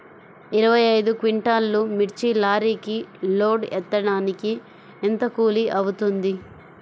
ఇరవై ఐదు క్వింటాల్లు మిర్చి లారీకి లోడ్ ఎత్తడానికి ఎంత కూలి అవుతుంది?